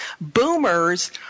Boomers